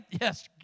Yes